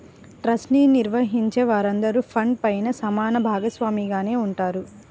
trust ని నిర్వహించే వారందరూ ఫండ్ పైన సమాన భాగస్వామిగానే ఉంటారు